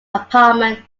apartment